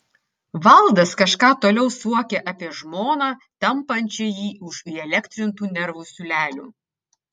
valdas kažką toliau suokė apie žmoną tampančią jį už įelektrintų nervų siūlelių